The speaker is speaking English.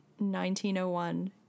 1901